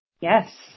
Yes